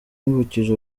yibukije